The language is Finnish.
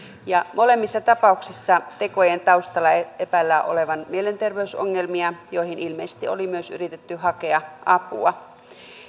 molemmissa tapauksissa tekojen taustalla epäillään olevan mielenterveysongelmia joihin ilmeisesti oli myös yritetty hakea apua